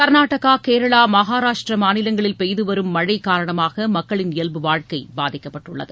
கர்நாடகா கேரளா மகாராஷட்ரா மாநிலங்களில் பெய்து வரும் மழை காரணமாக மக்களின் இயல்பு வாழ்க்கை பாதிக்கப்பட்டுள்ளது